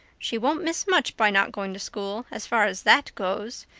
she won't miss much by not going to school, as far as that goes.